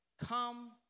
come